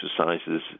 exercises